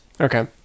Okay